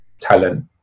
talent